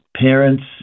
parents